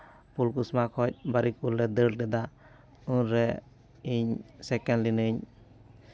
ᱯᱷᱩᱞᱠᱩᱥᱢᱟ ᱠᱷᱚᱱ ᱵᱟᱹᱨᱤᱠᱩᱞ ᱞᱮ ᱫᱟᱹᱲ ᱞᱮᱫᱟ ᱩᱱᱨᱮ ᱤᱧ ᱥᱮᱠᱮᱱᱰ ᱞᱤᱱᱟᱹᱧ